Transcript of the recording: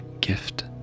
gift